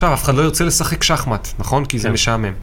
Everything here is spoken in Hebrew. עכשיו אף אחד לא יוצא לשחק שחמט, נכון? כי זה משעמם.